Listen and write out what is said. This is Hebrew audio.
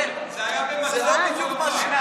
זה היה במצע כחול לבן.